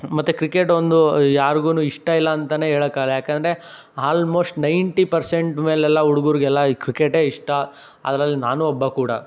ಮತ್ತು ಕ್ರಿಕೆಟ್ ಒಂದು ಯಾರ್ಗು ಇಷ್ಟ ಇಲ್ಲಾಂತನೇ ಹೇಳಕ್ಕಾಗಲ್ಲ ಯಾಕಂದರೆ ಆಲ್ಮೋಸ್ಟ್ ನೈಂಟಿ ಪರ್ಸೆಂಟ್ ಮೇಲೆಲ್ಲ ಹುಡ್ಗರಿಗೆಲ್ಲ ಕ್ರಿಕೆಟ್ಟೇ ಇಷ್ಟ ಅದ್ರಲ್ಲಿ ನಾನೂ ಒಬ್ಬ ಕೂಡ